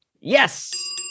Yes